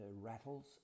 rattles